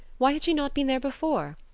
why had she not been there before?